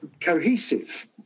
cohesive